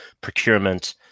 procurement